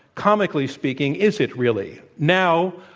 comically speaking, is it really? now,